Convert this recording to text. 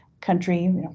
country